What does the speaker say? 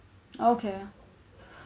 okay